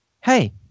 hey